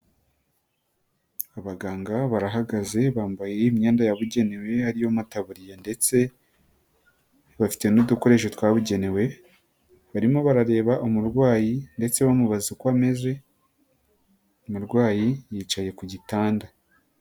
Abaganga barahagaze, bambaye myenda yabugenewe ariyo mataburiya ndetse bafite n'udukoresho twabugenewe, barimo barareba umurwayi ndetse bamubaza uko ameze, umurwayi yicaye ku gitanda.